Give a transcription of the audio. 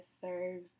serves